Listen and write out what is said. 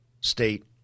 state